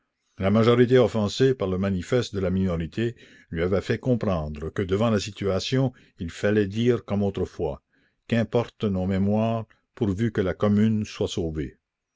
la majorité offensée par le manifeste de la minorité lui avait fait comprendre que devant la situation il fallait dire comme autrefois qu'importent nos mémoires pourvu que la commune soit sauvée